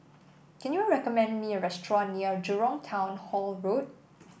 can you recommend me a restaurant near Jurong Town Hall Road